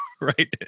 right